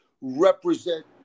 represent